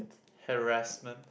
harassment